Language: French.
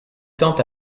tente